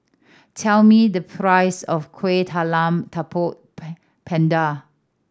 tell me the price of Kueh Talam Tepong Pandan